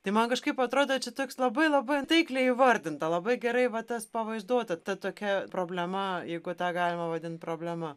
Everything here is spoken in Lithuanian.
tai man kažkaip atrodo čia toks labai labai taikliai įvardinta labai gerai va tas pavaizduota ta tokia problema jeigu tą galima vadint problema